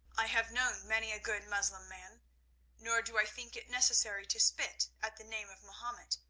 i have known many a good mussulman. nor do i think it necessary to spit at the name of mahomet,